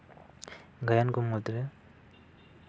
ᱜᱟᱭᱟᱱ ᱠᱚ ᱢᱩᱫᱽᱨᱮ